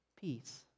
peace